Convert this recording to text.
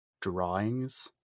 drawings